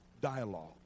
dialogue